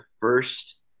first